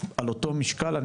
על אותו משקל,